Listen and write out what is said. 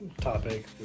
topic